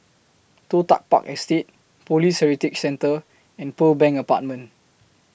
Toh Tuck Park Estate Police Heritage Centre and Pearl Bank Apartment